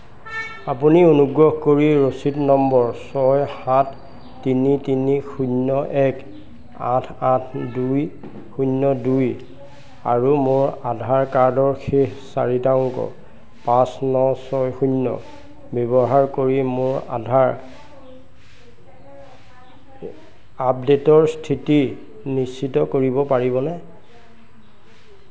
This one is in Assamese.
আপুনি অনুগ্ৰহ কৰি ৰচিদ নম্বৰ ছয় সাত তিনি তিনি শূন্য এক আঠ আঠ দুই শূন্য দুই আৰু মোৰ আধাৰ কাৰ্ডৰ শেষ চাৰিটা অংক পাঁচ ন ছয় শূন্য ব্যৱহাৰ কৰি মোৰ আধাৰ আপডেটৰ স্থিতি নিশ্চিত কৰিব পাৰিবনে